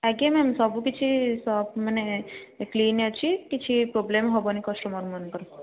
ଆଜ୍ଞା ମ୍ୟାମ୍ ସବୁକିଛି ସପ୍ ମାନେ କ୍ଲିନ୍ ଅଛି କିଛି ପ୍ରୋବ୍ଲେମ୍ ହେବନି କଷ୍ଟମରମାନଙ୍କର